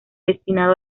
destinado